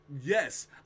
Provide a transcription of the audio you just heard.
yes